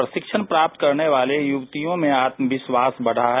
प्रशिक्षण प्राप्त करने वाले युवतियों में आत्मविश्वास बढा है